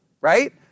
right